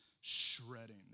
shredding